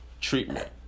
treatment